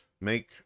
Make